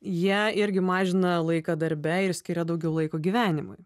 jie irgi mažina laiką darbe ir skiria daugiau laiko gyvenimui